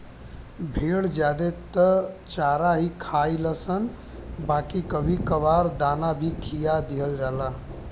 भेड़ ज्यादे त चारा ही खालनशन बाकी कभी कभार दाना भी खिया दिहल जाला